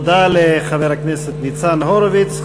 תודה לחבר הכנסת ניצן הורוביץ.